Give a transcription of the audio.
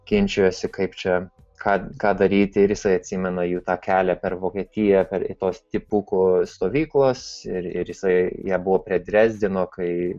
ginčijosi kaip čia ką ką daryti ir jisai atsimena jų tą kelią per vokietiją per tuos dipukų stovyklas ir ir jisai jie buvo prie drezdeno kai